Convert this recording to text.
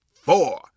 four